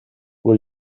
wil